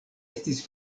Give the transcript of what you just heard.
estis